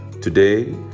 Today